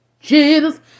Jesus